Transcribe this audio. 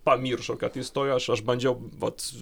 pamiršo kad įstojo aš aš bandžiau vat